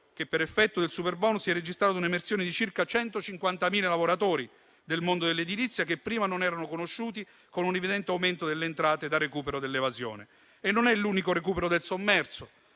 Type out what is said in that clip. che, per effetto del superbonus, si è registrata un'emersione di circa 150.000 lavoratori del mondo dell'edilizia che prima non erano conosciuti, con un'evidente aumento delle entrate da recupero dell'evasione. E non è l'unico recupero del sommerso: